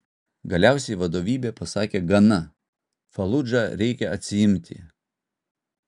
galiausiai vadovybė pasakė gana faludžą reikia atsiimti